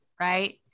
right